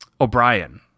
O'Brien